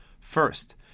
First